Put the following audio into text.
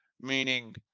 meaning